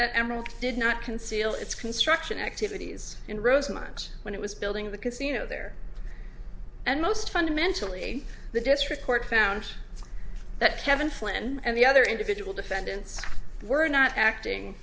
that emerald did not conceal its construction activities in rosemont when it was building the casino there and most fundamentally the district court found that kevin flynn and the other individual defendants were not acting